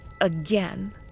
again